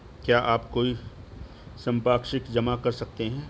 क्या आप कोई संपार्श्विक जमा कर सकते हैं?